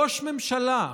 ראש ממשלה,